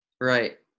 Right